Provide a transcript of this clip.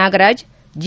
Nagaraj G